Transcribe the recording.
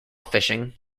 fishing